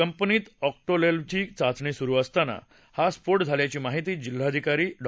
कंपनीत ऑ ेंक्लेव्हघी चाचणी सुरू असताना हा स्फो झाल्याची माहिती जिल्हाधिकारी डॉ